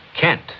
Kent